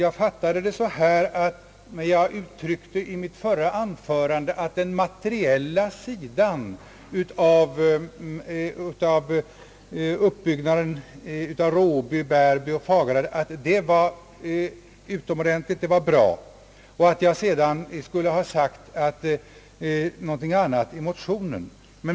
I mitt förra anförande uttryckte jag att den materiella sidan av uppbyggnaden av Råby, Bärby och Fagared var något att glädjas åt. Jag skulle, enligt statsrådet Odhnoff, ha framfört något annat i motionen.